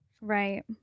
Right